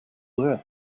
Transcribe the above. world